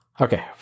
Okay